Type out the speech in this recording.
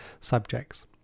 subjects